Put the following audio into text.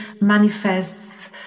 manifests